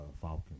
Falcon